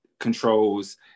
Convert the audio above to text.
controls